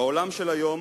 בעולם של היום